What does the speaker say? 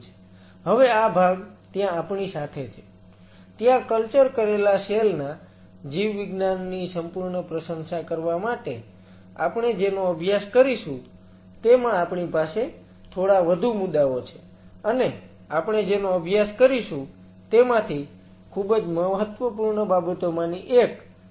હવે આ ભાગ ત્યાં આપણી સાથે છે ત્યાં કલ્ચર કરેલા સેલ ના જીવવિજ્ઞાનની સંપૂર્ણ પ્રશંસા કરવા માટે આપણે જેનો અભ્યાસ કરીશું તેમાં આપણી પાસે થોડા વધુ મુદ્દાઓ છે અને આપણે જેનો અભ્યાસ કરીશું તેમાંથી ખૂબ જ મહત્વપૂર્ણ બાબતોમાંની એક તે pH છે